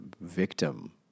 victim